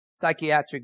psychiatric